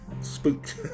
spooked